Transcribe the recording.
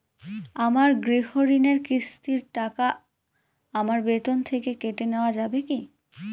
আমার গৃহঋণের কিস্তির টাকা আমার বেতন থেকে কেটে নেওয়া যাবে কি?